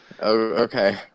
Okay